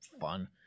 fun